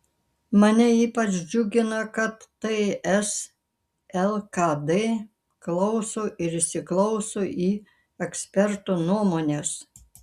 mane ypač džiugina kad ts lkd klauso ir įsiklauso į ekspertų nuomones